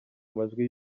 majwi